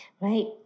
Right